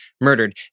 murdered